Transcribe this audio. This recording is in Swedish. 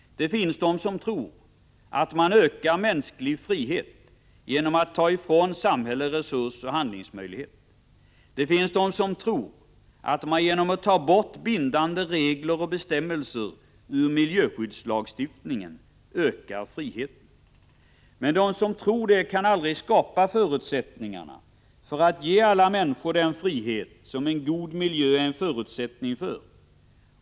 Det finns de som tror att man ökar mänsklig frihet genom att ta ifrån samhället resurser och handlingsmöjligheter. Det finns de som tror att man genom att ta bort bindande regler och bestämmelser ur miljöskyddslagstiftningen ökar friheten. Men de som tror detta kan aldrig skapa förutsättningarna för att ge alla människor den frihet som en god miljö är en förutsättning för.